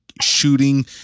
shooting